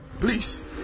please